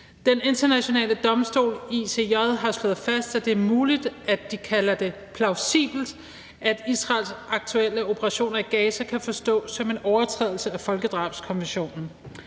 Den Internationale Domstol, ICJ, har slået fast, at det er muligt – de kalder det plausibelt – at Israels aktuelle operationer i Gaza kan forstås som en overtrædelse af folkedrabskommissionen,